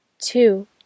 two